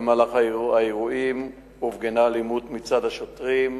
במהלך האירועים הופגנה אלימות מצד השוטרים.